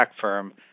firm